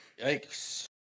Yikes